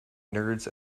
nerds